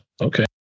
Okay